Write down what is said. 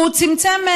הוא צמצם,